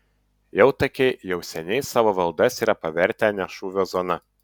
jautakiai jau seniai savo valdas yra pavertę ne šūvio zona